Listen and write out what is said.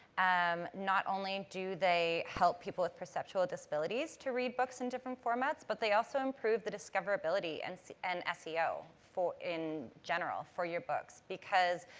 um not only do they help people with perceptual disabilities to read books in different formats, but they also improve the discoverability and so and seo in general, for your books because,